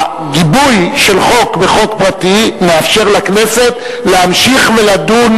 הגיבוי של חוק בחוק פרטי מאפשר לכנסת להמשיך ולדון